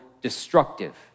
destructive